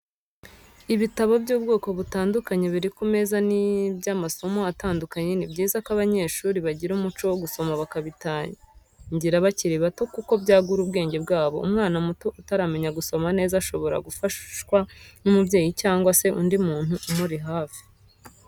Ibitabo by'ubwoko butandukanye biri ku meza ni iby'amasomo atandukanye, ni byiza ko abanyeshuri bagira umuco wo gusoma bakabitangira bakiri bato kuko byagura ubwenge bwabo, umwana muto utaramenya gusoma neza shobora gufashwa n'umubyeyi cyangwa se undi muntu umuri hafi.